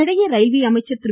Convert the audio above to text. இதனிடையே ரயில்வே அமைச்சர் திரு